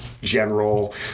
general